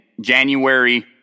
January